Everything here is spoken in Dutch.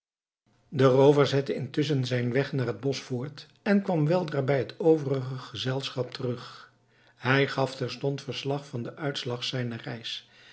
de roover zette intusschen zijn weg naar het bosch voort en kwam weldra bij het overige gezelschap terug hij gaf terstond verslag van den uitslag zijner reis